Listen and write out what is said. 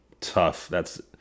tough—that's